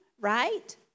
right